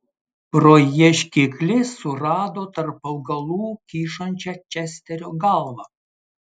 pro ieškiklį surado tarp augalų kyšančią česterio galvą